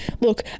Look